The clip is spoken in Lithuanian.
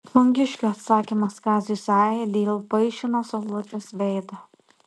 plungiškio atsakymas kaziui sajai dėl paišino saulutės veido